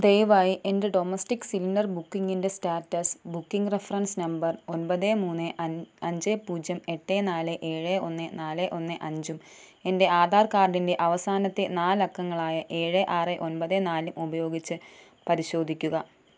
ദയവായി എൻ്റെ domestic cylinder ബുക്കിംഗിൻ്റെ സ്റ്റാറ്റസ് ബുക്കിംഗ് റെഫറൻസ് നമ്പർ ഒൻപത് മൂന്ന് അഞ്ച് പൂജ്യം എട്ട് നാല് ഏഴ് ഒന്ന് നാല് ഒന്ന് അഞ്ചും എൻ്റെ ആധാർ കാഡിൻ്റെ അവസാനത്തെ നാലക്കങ്ങളായ ഏഴ് ആറ് ഒൻപത് നാല് ഉപയോഗിച്ച് പരിശോധിക്കുക